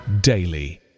daily